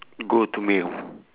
go to meal